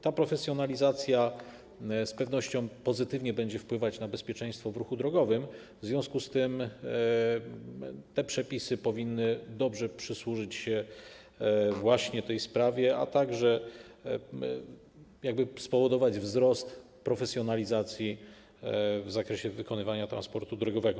Ta profesjonalizacja z pewnością pozytywnie będzie wpływać na bezpieczeństwo w ruchu drogowym, w związku z tym te przepisy powinny dobrze przysłużyć się właśnie tej sprawie, a także spowodować wzrost profesjonalizacji w zakresie wykonywania transportu drogowego.